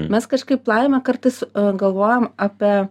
mes kažkaip laimę kartas galvojam apie